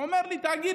הוא אומר לי,